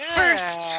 first